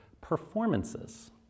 performances